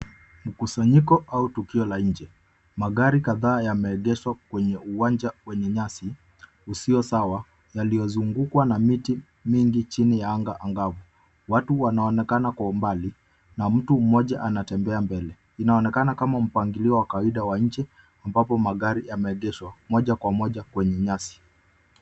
Mkusanyiko au tukio la nje. Magari kadhaa yameegeshwa kwenye uwanja wenye nyasi usio sawa yaliyozungukwa na miti mingi chini ya anga angavu. Watu wanaonekana kwa umbali na mtu mmoja anatembea mbele. Inaonekana kama mpangilio wa kawaida wa nje ambapo magari yameegeshwa moja kwa moja kwenye nyasi.